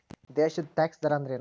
ದೇಶದ್ ಟ್ಯಾಕ್ಸ್ ದರ ಅಂದ್ರೇನು?